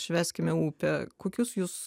švęskime upę kokius jūs